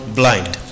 blind